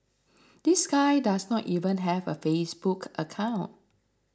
this guy does not even have a Facebook account